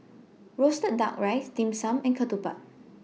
Roasted Duck Rice Dim Sum and Ketupat